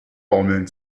baumeln